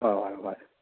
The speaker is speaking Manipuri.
ꯍꯣꯏ ꯍꯣꯏ ꯍꯣꯏ